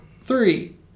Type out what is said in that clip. three